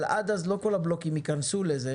אבל עד אז לא כל הבלוקים ייכנסו לזה,